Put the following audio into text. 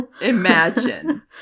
imagine